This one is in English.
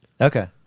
Okay